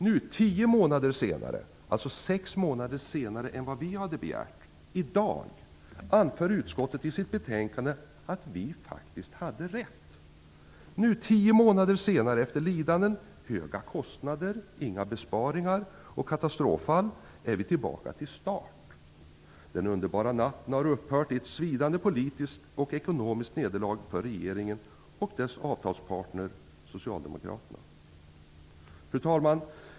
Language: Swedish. Nu, tio månader senare och sex månader senare än vad vi hade begärt, anför utskottet i sitt betänkande att vi faktiskt hade rätt. Efter tio månader av lidanden, höga kostnader, inga besparingar och katastroffall är vi tillbaka vid starten. Den underbara natten har slutat i ett svidande politiskt och ekonomiskt nederlag för regeringen och dess avtalspartner Socialdemokraterna.